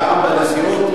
ההצעה, גם במזכירות,